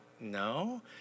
no